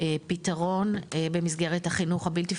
פתרון במסגרת החינוך הבלתי פורמלי.